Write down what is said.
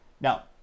Now